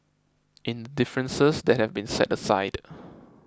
in the differences that have been set aside